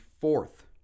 fourth